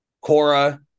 Cora